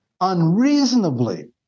unreasonably